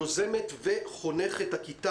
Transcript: יוזמת וחונכת הכיתה